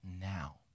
now